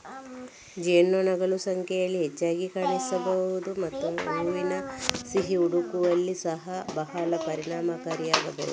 ಜೇನುನೊಣಗಳು ಸಂಖ್ಯೆಯಲ್ಲಿ ಹೆಚ್ಚಾಗಿ ಕಾಣಿಸಬಹುದು ಮತ್ತು ಹೂವಿನ ಸಿಹಿ ಹುಡುಕುವಲ್ಲಿ ಸಹ ಬಹಳ ಪರಿಣಾಮಕಾರಿಯಾಗಬಹುದು